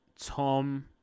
Tom